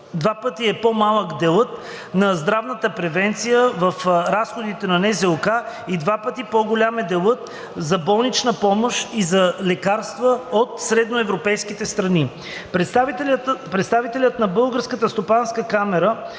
два пъти е по-малък делът на здравната превенция в разходите на НЗОК и два пъти по-голям е делът за болнична помощ и за лекарства от средноевропейските. Представителят на Българската стопанска камара